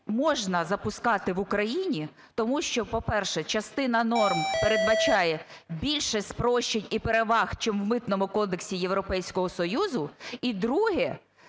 можна запускати в Україні, тому що, по-перше, частина норм передбачає більше спрощень і переваг чим у Митному кодексі Європейського Союзу. І, друге,